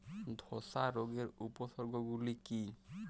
ধসা রোগের উপসর্গগুলি কি কি?